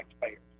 taxpayers